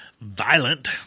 violent